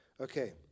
Okay